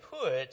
put